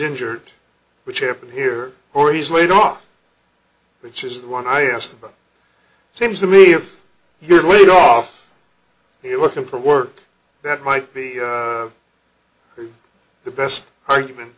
injured which happen here or he's laid off which is the one i asked about it seems to me if you're laid off he looking for work that might be the best argument